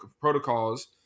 protocols